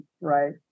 right